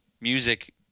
music